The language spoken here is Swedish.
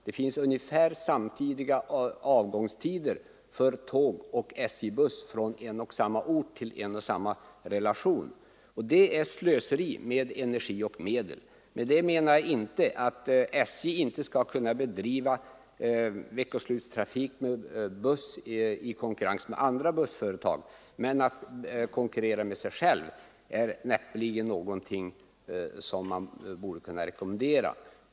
Det är ungefär samma avgångstider för tåg och SJ-buss från en och samma ort till en och samma relation. Detta är slöseri med energi och medel. Med detta menar jag inte att SJ inte skulle kunna bedriva veckoslutstrafik med buss i konkurrens med andra bussföretag, men att konkurrera med sig själv är knappast någonting som man kan rekommendera.